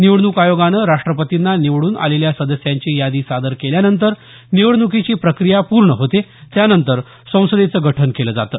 निवडणूक आयोगानं राष्ट्रपतींना निवडून आलेल्या सदस्यांची यादी सादर केल्यानंतर निवडणुकीची प्रक्रिया पूर्ण होते त्यानंतर संसदेचं गठन केलं जाते